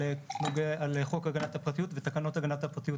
על חוק הגנת הפרטיות ותקנות הגנת הפרטיות,